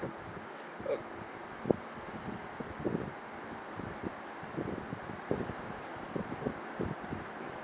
uh